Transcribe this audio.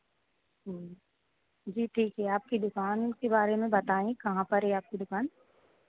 जी ठीक है आपकी दुकान के बारे में बताएँ कहाँ पर है आपकी दुकान